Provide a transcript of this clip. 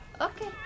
Okay